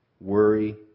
worry